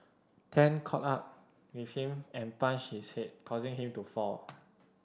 Tan caught up with him and punched his head causing him to fall